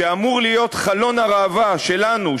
שאמור להיות חלון הראווה שלנו,